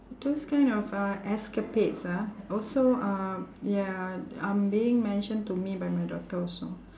those kind of uh escapades ah also uh ya are being mentioned to me by my daughter also